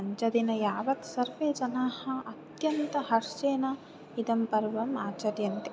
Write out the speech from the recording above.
पञ्च दिन यावत् सर्वे जनाः अत्यन्त हर्षेण इदं पर्वम् आचर्यन्ते